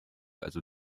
also